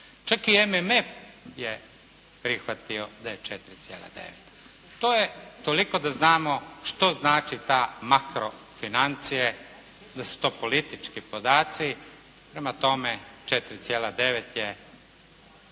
Čak i MMF je prihvatio da je 4,9. To je toliko da znamo što znači ta makrofinancije, da su to politički podaci. Prema tome 4,9 je